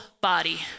body